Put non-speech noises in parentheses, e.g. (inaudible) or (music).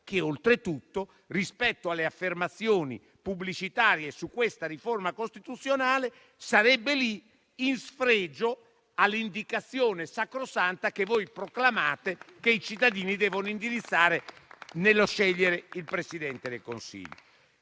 che oltretutto, rispetto alle affermazioni pubblicitarie su questa riforma costituzionale, sarebbe lì in sfregio alla sacrosanta indicazione (applause) che voi proclamate che i cittadini devono indirizzare la scelta del Presidente del Consiglio.